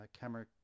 camera